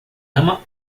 ama